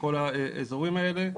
וכל האזורים האלה.